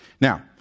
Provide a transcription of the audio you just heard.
Now